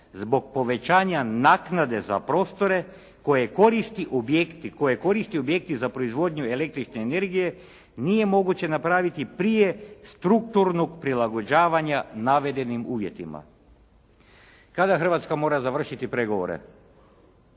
zbog povećanja naknade za prostore koje koristi objekti, koje koriste objekti za proizvodnju električne energije, nije moguće napraviti prije strukturnog prilagođavanja navedenim uvjetima." Kada Hrvatska mora završiti pregovore?